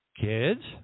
Kids